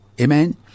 Amen